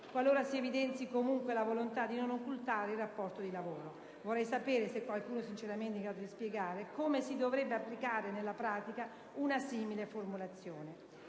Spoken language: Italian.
«qualora si evidenzi comunque la volontà di non occultare il rapporto di lavoro». Vorrei sapere se qualcuno, sinceramente, è in grado di spiegare come si dovrebbe applicare nella pratica una simile formulazione.